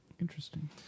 Interesting